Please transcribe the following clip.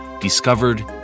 discovered